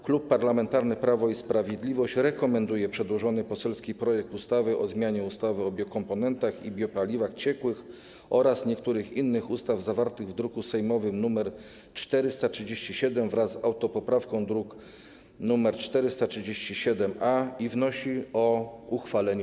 Klub Parlamentarny Prawo i Sprawiedliwość rekomenduje przedłożony poselski projekt ustawy o zmianie ustawy o biokomponentach i biopaliwach ciekłych oraz niektórych innych ustaw, zawarty w druku sejmowym nr 437, wraz z autopoprawką, druk nr 437-A, i wnosi o jego uchwalenie.